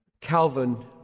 Calvin